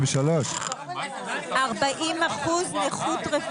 בוועדת ל' פתאום יהיה את הכסף